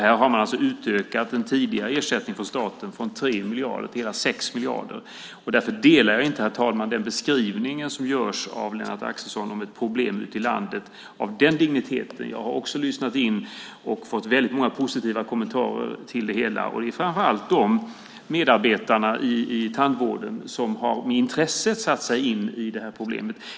Här har man alltså utökat den tidigare ersättningen från staten från 3 miljarder till hela 6 miljarder. Därför håller jag inte med, herr talman, om den beskrivning som görs av Lennart Axelsson av ett problem ute i landet av den digniteten. Jag har också lyssnat in och fått väldigt många positiva kommentarer till det hela, framför allt av medarbetarna i tandvården som med intresse har satt sig in i de här problemen.